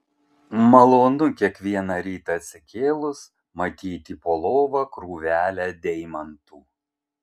malonu kiekvieną rytą atsikėlus matyti po lova krūvelę deimantų